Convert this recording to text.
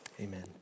Amen